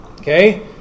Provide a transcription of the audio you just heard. Okay